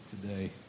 today